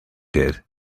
did